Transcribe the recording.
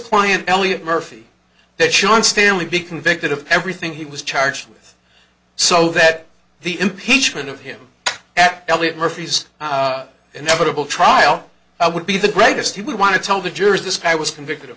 client eliot murphy that sean stanley be convicted of everything he was charged with so that the impeachment of him at elliott murphy's inevitable trial i would be the greatest he would want to tell the jurors this guy was convicted of